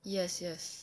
yes yes